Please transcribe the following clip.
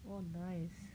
oh nice